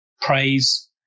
praise